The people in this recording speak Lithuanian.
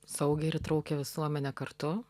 saugią ir įtraukią visuomenę kartu